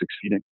succeeding